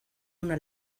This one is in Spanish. una